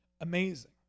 amazing